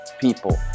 people